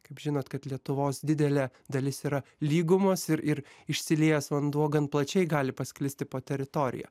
kaip žinot kad lietuvos didelė dalis yra lygumos ir ir išsiliejęs vanduo gan plačiai gali pasklisti po teritoriją